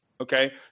okay